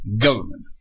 Government